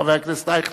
חבר הכנסת אייכלר.